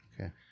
Okay